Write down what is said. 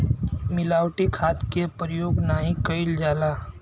मिलावटी खाद के परयोग नाही कईल जाला